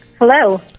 hello